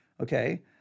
Okay